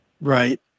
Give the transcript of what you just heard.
right